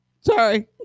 sorry